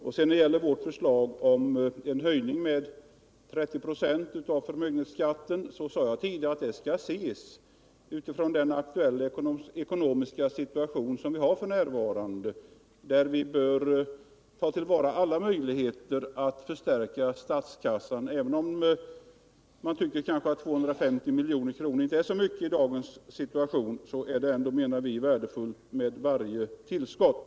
Vad sedan gäller vårt förslag om en höjning med 30 96 av förmögenhetsskatten sade jag tidigare att denna höjning skall ses utifrån den aktuella situation som vi f. n. har och där vi bör ta till vara alla möjligheter att förstärka statskassan. Även om man kan tycka att 250 miljoner inte är så mycket i dagens situation, så är det enligt vår mening värdefullt med varje tillskott.